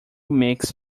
mix